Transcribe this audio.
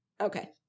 Okay